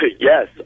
Yes